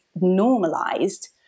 normalized